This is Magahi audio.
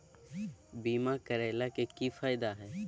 बीमा करैला के की फायदा है?